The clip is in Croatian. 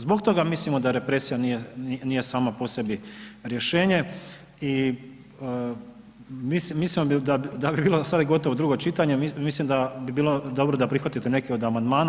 Zbog toga mislimo da represija nije sama po sebi rješenje i mislimo da bi bilo, sad je gotovo, drugo čitanje, mislim da bi bilo dobro da prihvatite neke od amandmana.